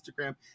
Instagram